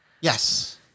Yes